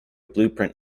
blueprint